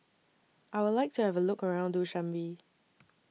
I Would like to Have A Look around Dushanbe